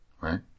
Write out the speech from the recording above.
Right